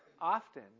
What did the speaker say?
often